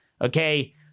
okay